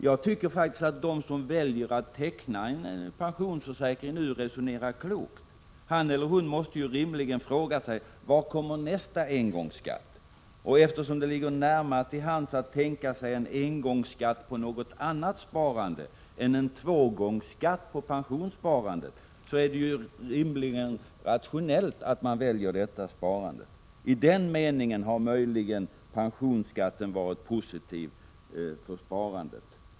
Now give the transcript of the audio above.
Jag tycker faktiskt att den som väljer att teckna en pensionsförsäkring nu resonerar klokt. Hon eller han måste rimligen fråga sig: Var kommer nästa engångsskatt? Eftersom det ligger närmare till hands att tänka sig en engångsskatt på något annat sparande än en ”tvågångsskatt” på pensionssparandet är det rimligt och rationellt att välja det sparandet. I den meningen har möjligen pensionsskatten varit positiv för sparandet.